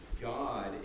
God